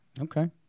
okay